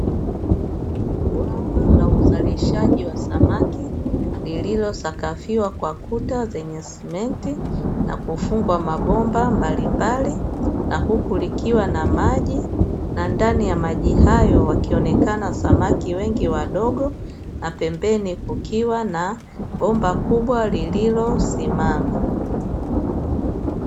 Bwawa la uzalishaji wa samaki lililosakafiwa kwa kuta zenye simenti, na kufungwa mabomba mbalimbali, na huku likiwa na maji na ndani ya maji hayo wakionekana samaki wengi wadogo, na pembeni kukiwa na bomba kubwa lililosimama.